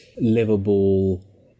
livable